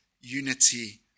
unity